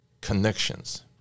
connections